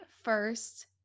first